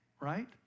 right